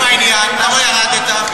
לעצם העניין, למה ירדת?